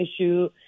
issue